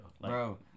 bro